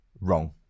wrong